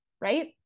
right